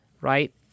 right